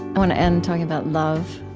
want to end talking about love.